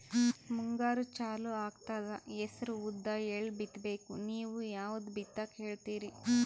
ಮುಂಗಾರು ಚಾಲು ಆಗ್ತದ ಹೆಸರ, ಉದ್ದ, ಎಳ್ಳ ಬಿತ್ತ ಬೇಕು ನೀವು ಯಾವದ ಬಿತ್ತಕ್ ಹೇಳತ್ತೀರಿ?